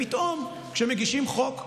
פתאום, כשמגישים חוק שונה,